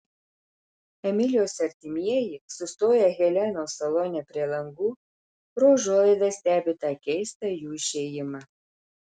emilijos artimieji sustoję helenos salone prie langų pro užuolaidas stebi tą keistą jų išėjimą